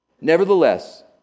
Nevertheless